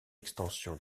extension